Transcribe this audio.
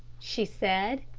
she said.